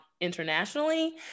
internationally